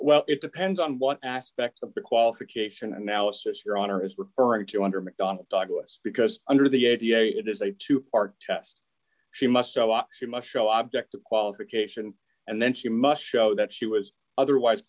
well it depends on what aspect of the qualification analysis your honor is referring to under mcdonnell douglas because under the idea it is a two part test she must ooc who must show object of qualification and then she must show that she was otherwise